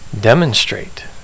demonstrate